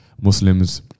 Muslims